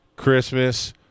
Christmas